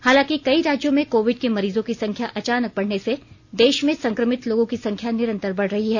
हालांकि कई राज्यों में कोविड के मरीजों की संख्या अचानक बढने से देश में संक्रमित लोगों की संख्या निरन्तर बढ रही है